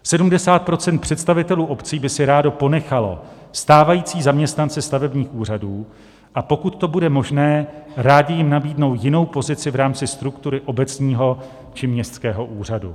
70 % představitelů obcí by si rádo ponechalo stávající zaměstnance stavebních úřadů, a pokud to bude možné, rádi jim nabídnou jinou pozici v rámci struktury obecního či městského úřadu.